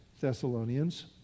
Thessalonians